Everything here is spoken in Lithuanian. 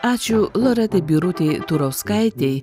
ačiū loretai birutei turauskaitei